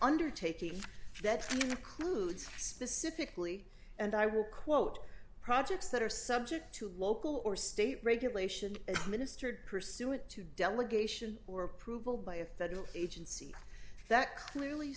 undertaking that includes specifically and i will quote projects that are subject to local or state regulation ministered pursuant to delegation or approval by a federal agency that clearly